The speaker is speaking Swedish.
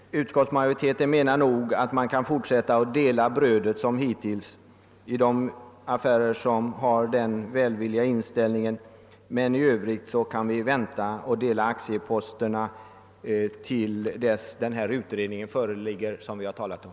Herr talman! Utskottsmajoriteten anser nog att man kan fortsätta att dela brödet som hittills i de affärer som har den välvilliga inställningen, men att vi i övrigt kan vänta att dela aktieposterna till dess den utredning föreligger som vi har talat om.